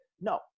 no